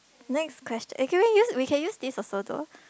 next quest~ eh can we use we can use this also though